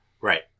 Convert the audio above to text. Right